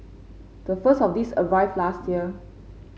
the first of these arrived last year